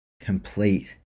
complete